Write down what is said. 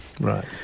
Right